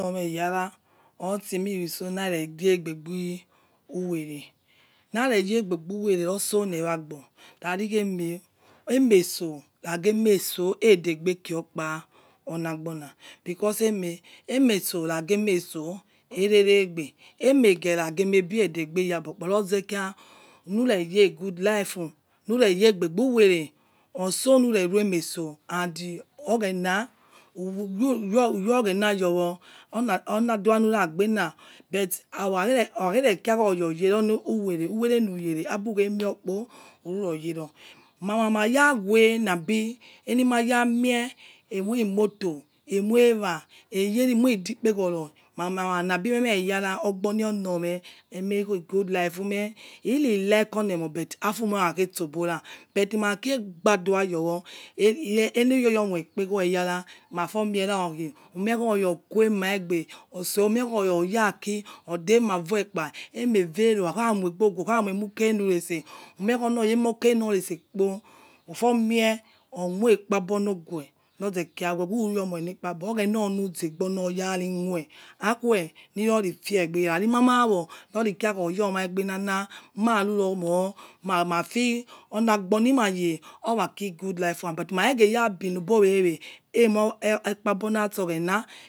Emome eyara itse yiso hare yere aigbu wele lare yele aigbu wele loso le wai agbo khasi eme emeso ragi emeiso tot aidegbe kisi okpa ola'agbona because aime emeso ragi emelso ai aire regbe aime ghai rabil aibil aidehbe ya'abo kpa loze kha lure yele good life lure yele ai bebu uwele orso lure lunieso and oghena uru oghena yowo ola'dua luyo kha gbena but okhagere kura oya oyere uwele luyelere abughe mai kpo uyo yere nama vaghe labi aimie nayamie aimili motor aimoi ewa aimoi idi ldi ekpeghoro mama labi ebi makho yara ogbo ho'lo me. Good life lai like olemon but afu ma' ghe itso bora but mai kai gbadua'a yowo ileyo moi kpeghoro we yara niafo miera oghue omie oya gwo aima gbe unie oya yaki ode mai voekra aima vero ukha moi mu kere lu itse umio oloya emokere ko itse kpo ailo ' agbpabo loghue loze khai oghena ulu zebe so olo yari khue aikhue yocifiegbe khaci mama wo oryomaigbe nana mai, ai yo moi mama feel ola'agbo lima ye orkici good life yama maghe sho bo we we.